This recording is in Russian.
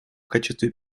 качестве